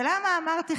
ולמה אמרתי,